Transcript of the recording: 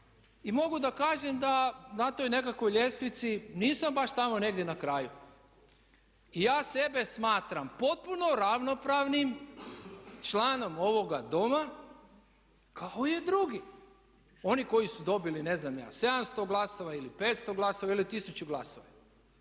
i mogu da kažem da na toj nekakvoj ljestvici nisam baš tamo negdje na kraju. Ja sebe smatram potpuno ravnopravnim članom ovoga Doma kao i drugi, oni koji su dobili ne znam ja 700 glasova ili 500 glasova ili 1000 glasova.